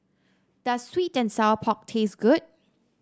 does sweet and Sour Pork taste good